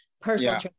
personal